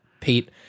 Pete